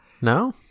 no